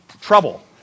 trouble